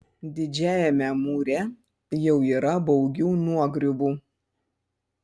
didžiajame mūre jau yra baugių nuogriuvų